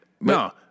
No